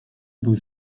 był